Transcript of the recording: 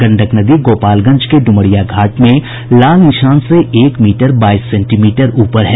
गंडक नदी गोपालगंज के ड्मरिया घाट में लाल निशान से एक मीटर बाईस सेंटीमीटर ऊपर हैं